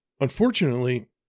Unfortunately